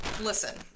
listen